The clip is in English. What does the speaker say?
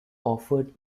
offered